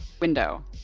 window